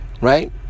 Right